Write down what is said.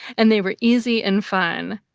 and they were easy and fun.